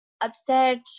upset